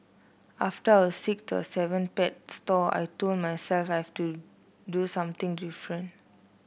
after our sixth or seventh pet store I told myself I've to do something different